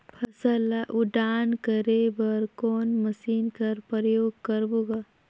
फसल ल उड़ान करे बर कोन मशीन कर प्रयोग करबो ग?